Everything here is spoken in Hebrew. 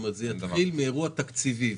זה יתחיל מאירוע תקציבי.